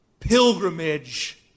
Pilgrimage